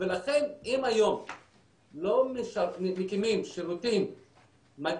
לכן אם היום לא מקימים שירותים,